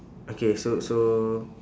okay so so